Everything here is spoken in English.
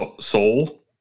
Soul